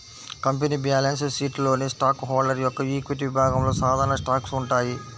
company balance షీట్లోని stock holder యొక్క equity విభాగంలో సాధారణ స్టాక్స్ ఉంటాయి